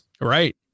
Right